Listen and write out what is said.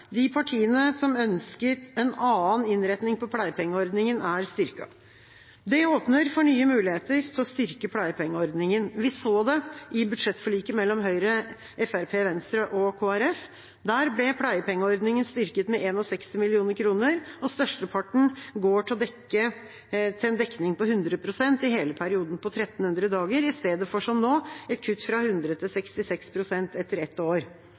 De partiene som ønsket en annen innretning på pleiepengeordningen, er styrket. Det åpner for nye muligheter til å styrke pleiepengeordningen. Vi så det i budsjettforliket mellom Høyre, Fremskrittspartiet, Venstre og Kristelig Folkeparti. Der ble pleiepengeordningen styrket med 61 mill. kr, og størsteparten går til å dekke en dekning på 100 pst. i hele perioden på 1 300 dager, istedenfor som nå, et kutt fra 100 pst. til 66 pst. etter ett år.